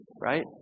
right